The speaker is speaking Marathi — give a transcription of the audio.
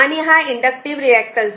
आणि हा इंडक्टिव्ह रिऍक्टन्स आहे